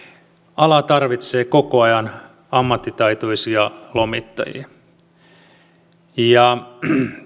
ala tarvitsee koko ajan ammattitaitoisia lomittajia